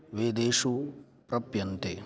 वेदेषु प्राप्यन्ते